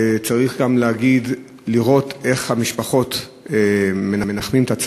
צריך לראות איך המשפחות מנחמות את עצמן,